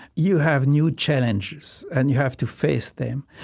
you have new challenges, and you have to face them.